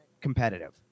competitive